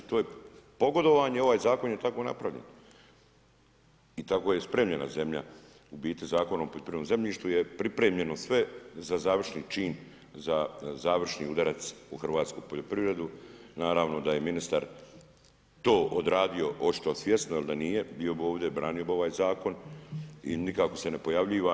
I to je pogodovanje, ovaj zakon je tako napravljen i tako je spremljena zemlja, u biti Zakon o poljoprivrednom zemljištu je pripremljeno sve za završni čin, za završni udarac u hrvatsku poljoprivredu, naravno da je ministar to odradio, oštro, svjesno, jer da nije, bio bi ovdje branio ovaj zakon i nikako se ne pojavljuje.